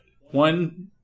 One